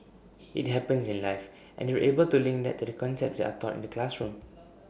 IT happens in life and they're able to link that to the concepts that are taught in the classroom